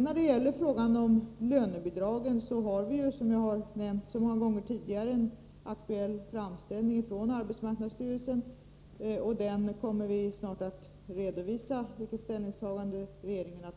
När det gäller frågan om lönebidragen har vi, som jag nämnt så många gånger tidigare, en aktuell framställning från arbetsmarknadsstyrelsen. Regeringen kommer snart att redovisa sitt ställningstagande beträffande